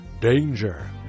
danger